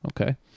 Okay